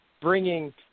bringing